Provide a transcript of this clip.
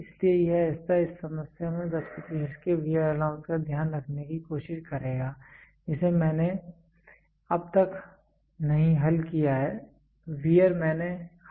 इसलिए यह हिस्सा इस समस्या में 10 प्रतिशत के वेयर लॉस का ध्यान रखने की कोशिश करेगा जिसे मैंने अब तक नहीं हल किया है वेयर मैंने हल कर दिया है